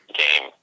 game